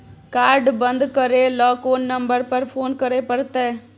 Card बन्द करे ल कोन नंबर पर फोन करे परतै?